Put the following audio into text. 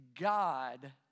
God